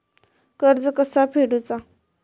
कर्ज कसा फेडुचा?